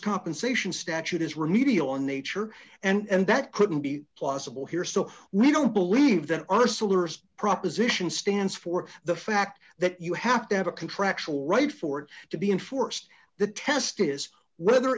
compensation statute is remedial in nature and that couldn't be possible here so we don't believe that arcelor proposition stands for the fact that you have to have a contractual right for it to be enforced the test is whether